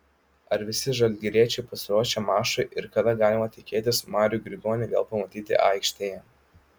ar visi žalgiriečiai pasiruošę mačui ir kada galima tikėtis marių grigonį vėl pamatyti aikštėje